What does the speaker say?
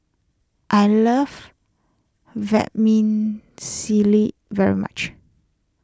I love Vermicelli very much